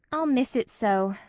i'll miss it so,